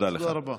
תודה לך.